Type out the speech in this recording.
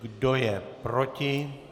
Kdo je proti?